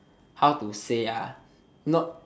how to say not